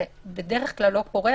זה בדרך כלל לא קורה,